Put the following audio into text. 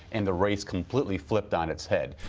and the race completely flipped on its head.